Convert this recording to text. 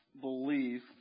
believe